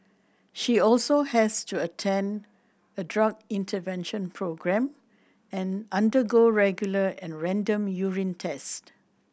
she also has to attend a drug intervention programme and undergo regular and random urine test